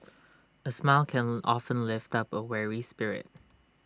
A smile can often lift up A weary spirit